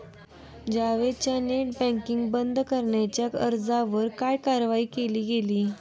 जावेदच्या net banking बंद करण्याच्या अर्जावर काय कारवाई केली गेली?